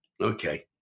Okay